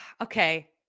Okay